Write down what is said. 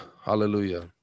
Hallelujah